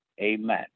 Amen